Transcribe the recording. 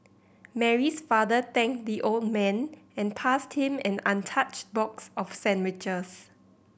Mary's father thanked the old man and passed him an untouched box of sandwiches